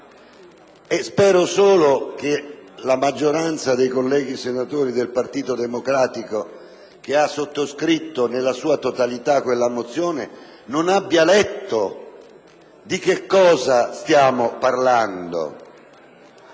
(spero solo che la maggioranza dei colleghi senatori del Partito Democratico, che ha sottoscritto nella sua totalità quella mozione, non l'abbia letta e non sappia di che cosa stiamo parlando),